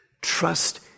Trust